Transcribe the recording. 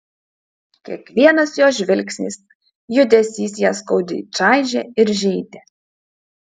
kiekvienas jo žvilgsnis judesys ją skaudžiai čaižė ir žeidė